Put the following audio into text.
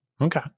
Okay